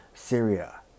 Syria